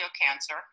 cancer